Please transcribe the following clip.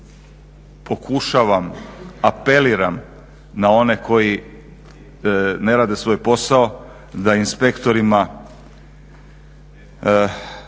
pokušavam, apeliram na one koji ne rade svoj posao, da inspektorima